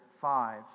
five